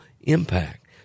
impact